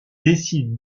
décident